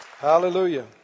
Hallelujah